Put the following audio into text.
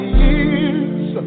years